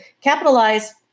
capitalize